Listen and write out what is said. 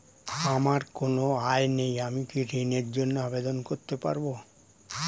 আমার কোনো আয় নেই আমি কি ঋণের জন্য আবেদন করতে পারব?